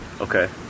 Okay